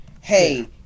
hey